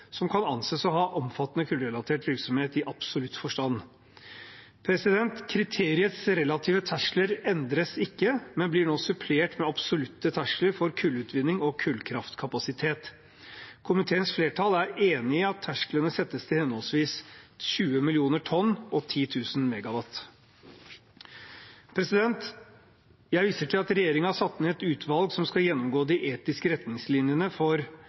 som kan anses å ha omfattende kullrelatert virksomhet i absolutt forstand. Kriteriets relative terskler endres ikke, men blir nå supplert med absolutte terskler for kullutvinning og kullkraftkapasitet. Komiteens flertall er enig i at tersklene settes til henholdsvis 20 mill. tonn og 10 000 MW. Jeg viser til at regjeringen har satt ned et utvalg som skal gjennomgå de etiske retningslinjene for